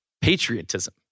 patriotism